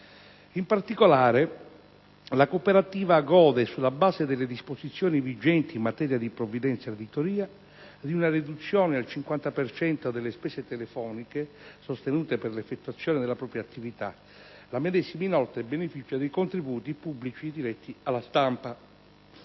In particolare, la cooperativa gode, sulla base delle disposizioni vigenti in materia di provvidenze all'editoria, di una riduzione al 50 per cento delle spese telefoniche sostenute per l'effettuazione della propria attività; la medesima, inoltre, beneficia dei contributi pubblici diretti alla stampa.